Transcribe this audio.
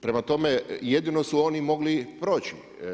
Prema tome, jedino su oni mogli proći.